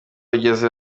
rugeze